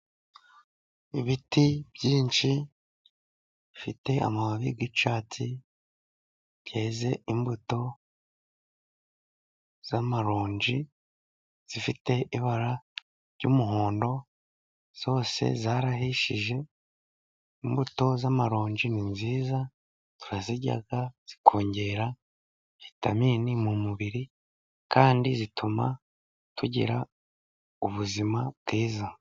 Ibiti byinshi bifite amababi y'icyatsi byeze imbuto z'amaronji ,zifite ibara ry'umuhondo zose zarahishije. Imbuto z'amaronji ni nziza turazirya zikongera vitamini mu mubiri, kandi zituma tugira ubuzima bwiza.